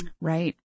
Right